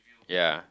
ya